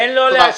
תן לו להשלים.